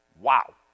Wow